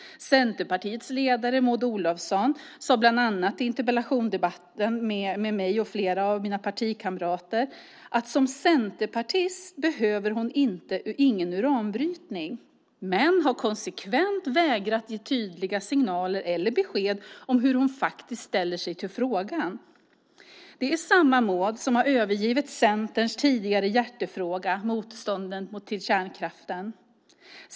Centerpartiets ledare Maud Olofsson sade bland annat i interpellationsdebatten med mig och flera av mina partikamrater att som centerpartist behöver hon ingen uranbrytning. Men hon har konsekvent vägrat att ge tydliga signaler eller besked om hur hon faktiskt ställer sig till frågan. Det är samma Maud som har övergivit Centerns tidigare hjärtefråga, motståndet mot kärnkraften.